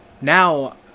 now